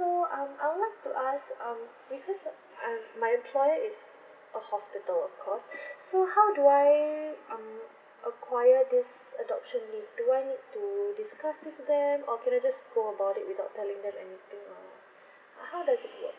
so um I would like to ask um because that um my employer is a hospital of course so how do I um acquire this adoption leave do I need to discuss with them or can I just go about it without telling them anything or how does it work